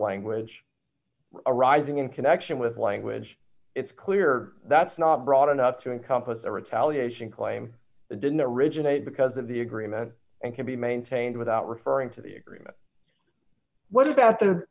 language arising in connection with language it's clear that's not broad enough to encompass a retaliation claim it didn't originate because of the agreement and can be maintained without referring to the agreed what is out the